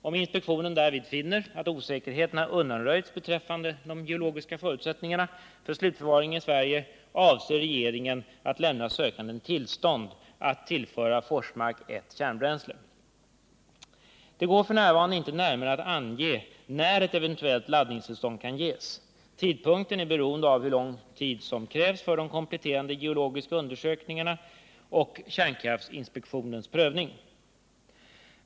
Om inspektionen därvid finner att osäkerheten har undanröjts beträffande de geologiska förutsättningarna för slutförvaring i Sverige avser regeringen att lämna sökanden tillstånd att tillföra Forsmark 1 kärnbränsle. Det går f. n. inte att närmare ange när ett eventuellt laddningstillstånd kan ges. Tidpunkten är beroende av hur lång tid som krävs för de kompletterande geologiska undersökningarna och kärnkraftinspektionens prövning.